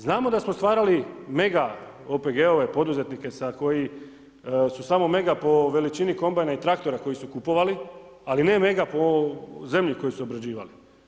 Znamo da smo stvarali mega OPG-ove, poduzetnike koji su samo mega po veličini kombajna i traktora koji su kupovali ali ne mega po zemlji koju su obrađivali.